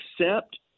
accept